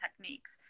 techniques